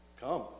come